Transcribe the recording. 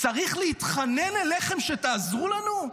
צריך להתחנן אליכם שתעזרו לנו.